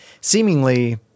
seemingly